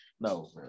No